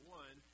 one